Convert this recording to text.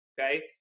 okay